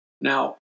Now